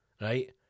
right